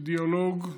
אידיאולוג,